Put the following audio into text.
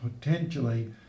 potentially